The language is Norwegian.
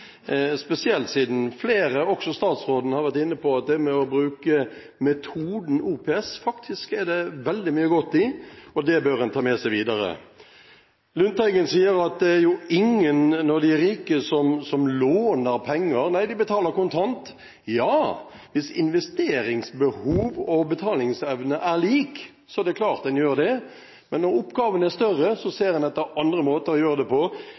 spesielt siden flere – også statsråden – har vært inne på at det å bruke metoden OPS er det forbundet veldig mye godt med. Det bør man ta med seg videre. Lundteigen sier at det er ingen av de rike som låner penger – nei, de betaler kontant. Ja, hvis investeringsbehov og betalingsevne er lik, så er det klart man gjør det. Men når oppgavene er større, ser man etter andre måter å gjøre det på.